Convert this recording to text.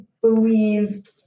believe